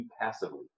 passively